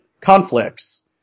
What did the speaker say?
conflicts